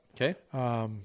Okay